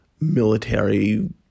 military